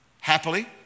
Happily